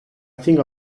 think